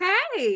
Hey